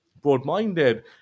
broad-minded